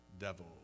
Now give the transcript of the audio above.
devil